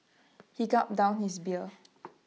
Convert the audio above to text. he gulped down his beer